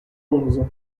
onze